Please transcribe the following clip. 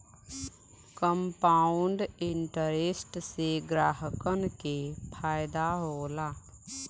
compound interest से ग्राहकन के फायदा होला